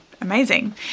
amazing